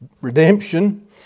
redemption